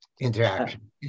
interaction